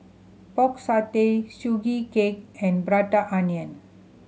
Pork Satay Sugee Cake and Prata Onion